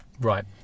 Right